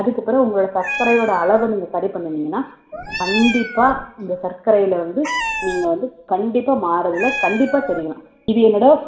அதுக்குப்பெறகு உங்களோடய சர்க்கரையோடய அளவை நீங்கள் சரி பண்ணுனீங்கன்னால் கண்டிப்பாக இந்த சர்க்கரையில் வந்து நீங்கள் வந்து கண்டிப்பாக மாறுதல் கண்டிப்பாக தெரியும் இது என்னோடய